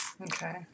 Okay